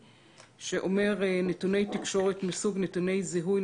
שאומר: נתוני תקשורת מסוג נתוני זיהוי,